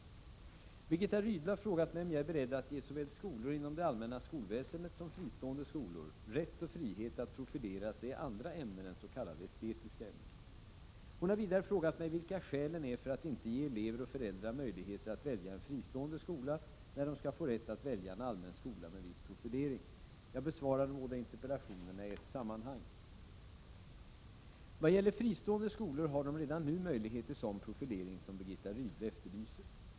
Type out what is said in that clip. Birgitta Rydle har frågat mig om jag är beredd att ge såväl skolor inom det allmänna skolväsendet som fristående skolor rätt och frihet att profilera sig i andra ämnen än s.k. estetiska ämnen. Hon har vidare frågat mig vilka skälen är för att inte ge elever och föräldrar möjligheter att välja en fristående skola när de skall få rätt att välja en allmän skola med viss profilering. Jag besvarar de båda interpellationerna i ett sammanhang. Fristående skolor har redan nu möjlighet till sådan profilering som Birgitta Rydle efterlyser.